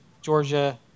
Georgia